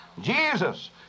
Jesus